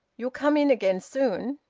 you'll come in again soon?